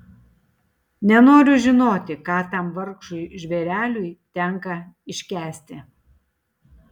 nenoriu žinoti ką tam vargšui žvėreliui tenka iškęsti